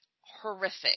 horrific